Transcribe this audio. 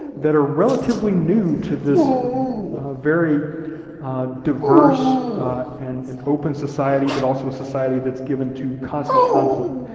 that are relatively new to this very diverse and and open society, but also a society that's given to constant conflict,